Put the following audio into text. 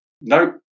nope